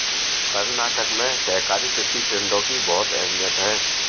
कर्नाटक में सहकारी कृषि केंद्रों की बहुत अहमियत है